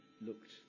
looked